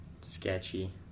Sketchy